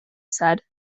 said